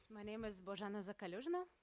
my name is bozhena zakaliuzhna.